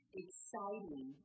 exciting